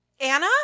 Anna